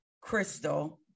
Crystal